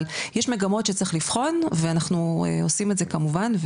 אבל יש מגמות שצריך לבחון ואנחנו עושים את זה כמובן,